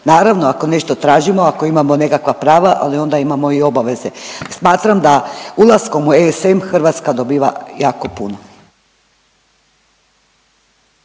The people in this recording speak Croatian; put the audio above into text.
Naravno, ako nešto tražimo, ako imamo nekakva prava ali onda imamo i obaveze. Smatram da ulaskom u ESM Hrvatska dobiva jako puno.